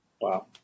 Wow